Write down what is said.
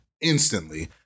Instantly